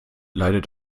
leidet